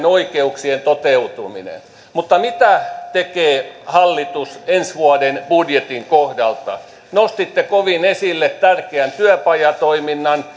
oikeuksien toteutuminen mutta mitä tekee hallitus ensi vuoden budjetin kohdalta nostitte kovin esille tärkeän työpajatoiminnan